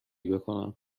بکنم